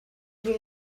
you